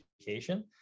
education